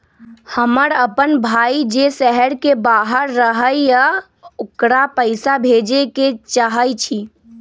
हमर अपन भाई जे शहर के बाहर रहई अ ओकरा पइसा भेजे के चाहई छी